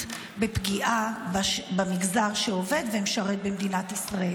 בפגיעה במגזר שעובד ומשרת במדינת ישראל.